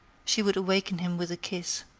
she would awaken him with a kiss.